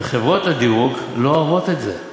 וחברות הדירוג לא אוהבות את זה,